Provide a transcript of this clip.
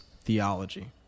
theology